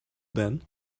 then